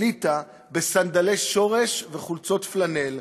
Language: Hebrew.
אליטה בסנדלי שורש וחולצות פלנל,